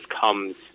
comes